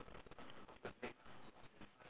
ya and then the words also so